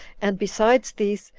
and besides these,